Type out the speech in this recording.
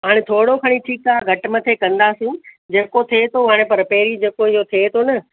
हाणे थोरो खणी ठीकु आहे घटि मथे कंदासीं जेको थिए थो हाणे पर पहिरीं जेको इहो थिए थो न